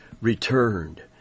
returned